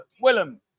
Willem